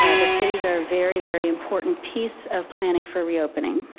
ah the cities are a very, very important piece of planning for reopening.